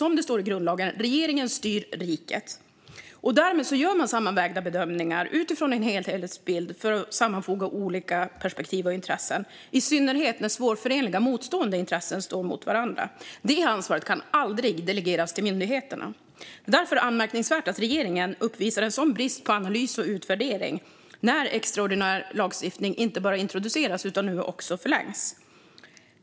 Som det står i grundlagen: "Regeringen styr riket." Därmed gör man sammanvägda bedömningar utifrån en helhetsbild för att sammanfoga olika perspektiv och intressen, i synnerhet när svårförenliga intressen står mot varandra. Det ansvaret kan aldrig delegeras till myndigheterna. Därför är det anmärkningsvärt att regeringen uppvisar en sådan brist på analys och utvärdering när extraordinär lagstiftning inte bara introduceras utan nu också förlängs.